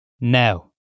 Now